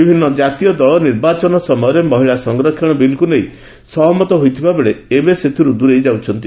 ବିଭିନୁ ଜାତୀୟ ଦଳ ନିର୍ବାଚନ ସମୟରେ ମହିଳା ସଂରକ୍ଷଣ ବିଲ୍କୁ ନେଇ ସହମତ ହୋଇଥିବାବେଳେ ଏବେ ସେଥିରୁ ଦୂରେଇ ଯାଉଛନ୍ତି